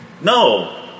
No